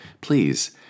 please